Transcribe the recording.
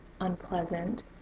unpleasant